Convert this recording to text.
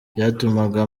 byatumaga